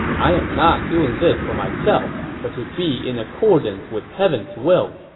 i'm not doing this for myself, but to be in accordance with heaven's will.